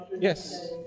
Yes